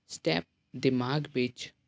step ਦਿਮਾਗ ਵਿੱਚ